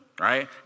right